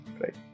right